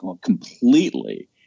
completely